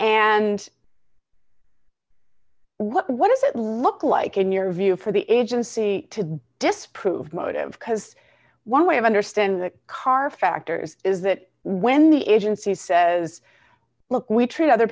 and what what does it look like in your view for the agency to disprove motive cuz one way of understanding the car factors is that when the agency says look we treat other